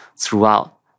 throughout